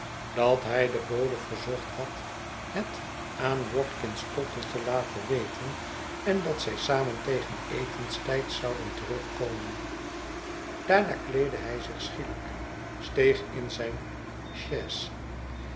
dat hij den bode verzocht had het aan watkins tottle te laten weten en dat zij samen tegen etenstijd zouden terug komen daarna kleedde hij zich schielijk steeg in zijn